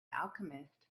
alchemist